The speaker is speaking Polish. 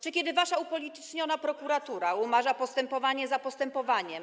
Czy kiedy wasza upolityczniona prokuratura umarza postępowanie za postępowaniem.